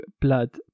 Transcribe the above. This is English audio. blood